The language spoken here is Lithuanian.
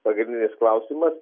pagrindinis klausimas